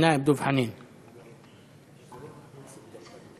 שלוש דקות.